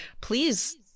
please